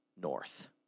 North